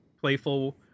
playful